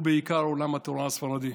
ובעיקר עולם התורה הספרדי,